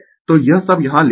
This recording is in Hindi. तो यह सब यहाँ लिखा है